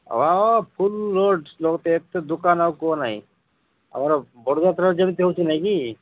ଫୁଲ୍ road ଏତେ ଦୋକାନ ଆଉ କୁହ ନାହିଁ ଆମର ଯେମିତି ନାହିଁ କି